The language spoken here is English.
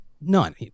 none